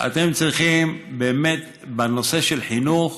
אתם צריכים באמת בנושא החינוך